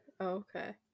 okay